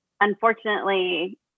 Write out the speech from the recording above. Unfortunately